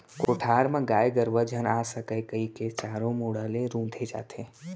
कोठार म गाय गरूवा झन आ सकय कइके चारों मुड़ा ले रूंथे जाथे